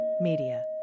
Media